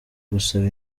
gusaba